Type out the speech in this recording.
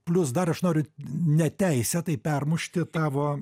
plius dar aš noriu neteisėtai permušti tavo